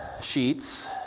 sheets